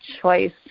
choice